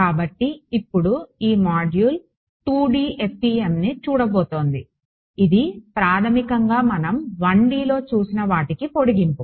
కాబట్టి ఇప్పుడు ఈ మాడ్యూల్ 2D FEMని చూడబోతోంది ఇది ప్రాథమికంగా మనం 1Dలో చూసిన వాటికి పొడిగింపు